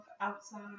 outside